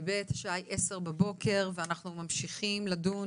השעה היא 10:00 בבוקר ואנחנו ממשיכים לדון